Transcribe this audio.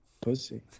pussy